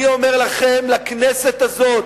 אני אומר לכם, לכנסת הזאת,